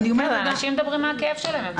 כן, אנשים מדברים מהכאב שלהם.